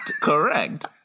correct